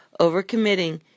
Overcommitting